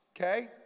okay